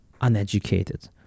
uneducated